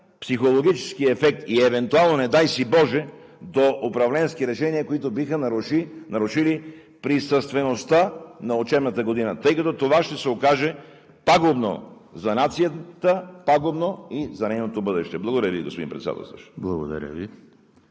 психологически ефект и евентуално, не дай си боже, до управленски решения, които биха нарушили присъствеността на учебната година, тъй като това ще се окаже пагубно за нацията, пагубно за нейното бъдеще. Благодаря Ви, господин Председателстващ.